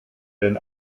denn